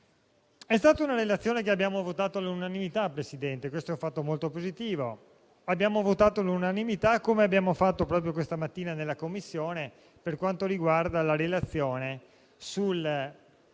È stata una relazione che abbiamo votato all'unanimità, Presidente, e questo è un fatto molto positivo. Abbiamo votato all'unanimità, come è avvenuto anche questa mattina in Commissione, per quanto riguarda la relazione sul